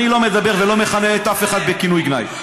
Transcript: אני לא מדבר ולא מכנה את אף אחד בכינוי גנאי.